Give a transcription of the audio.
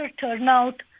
turnout